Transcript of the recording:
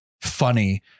funny